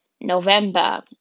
November